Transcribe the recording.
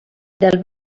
del